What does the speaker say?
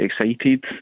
excited